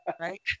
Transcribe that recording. Right